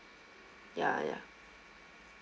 ya ya